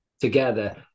together